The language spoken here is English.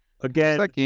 again